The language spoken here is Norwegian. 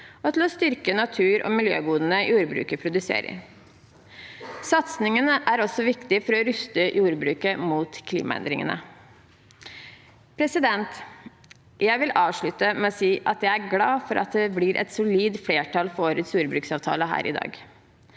til å styrke natur- og miljøgodene jordbruket produserer. Satsingene er også viktig for å ruste jordbruket mot klimaendringene. Jeg vil avslutte med å si at jeg er glad for at det blir et solid flertall for årets jordbruksavtale i dag.